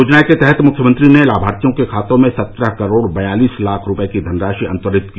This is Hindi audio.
योजना के तहत मुख्यमंत्री ने लाभार्थियों के खातों में सत्रह करोड़ बयालीस लाख रूपये की धनराशि अतंरित की